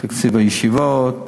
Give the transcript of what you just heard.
תקציב הישיבות,